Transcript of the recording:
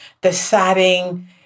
deciding